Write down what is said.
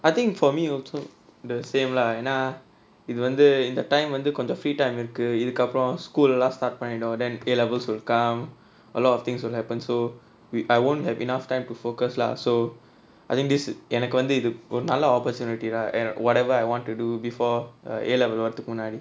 I think for me also the same lah ஏனா இது வந்து இந்த:yaenaa ithu vanthu intha time வந்து கொஞ்ச:vanthu konja free time இருக்கு இதுக்கு அப்புறம்:irukku ithukku appuram school எல்லாம்:ellaam start பண்ணிரும்:pannirum A levels will come a lot of things will happen so we I won't have enough time to focus lah so I think this எனக்கு வந்து இது ஒரு நல்ல:enakku vanthu ithu oru nalla opportunity lah whatever I want to do before A level வரத்துக்கு முன்னாடி:varathukku munnaadi